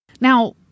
Now